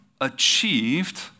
achieved